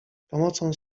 pomocą